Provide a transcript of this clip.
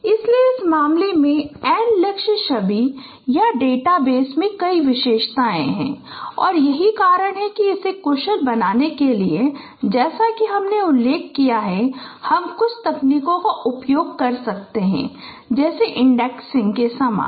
इसलिए इस मामले में n लक्ष्य छवि या डेटाबेस में कई विशेषताएं हैं और यही कारण है कि इसे कुशल बनाने के लिए जैसा कि हमने उल्लेख किया है कि हम कुछ तकनीकों का उपयोग कर सकते हैं जैसे इंडेक्सिंग के समान